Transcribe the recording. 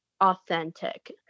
authentic